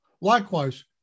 Likewise